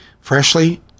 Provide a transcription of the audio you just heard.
Freshly